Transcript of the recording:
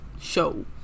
show